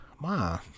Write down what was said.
ma